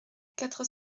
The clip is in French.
quatre